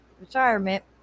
retirement